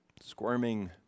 squirming